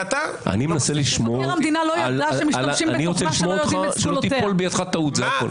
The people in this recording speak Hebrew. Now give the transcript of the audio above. אני מנסה לשמור שלא תיפול בידך טעות, זה הכול.